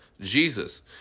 Jesus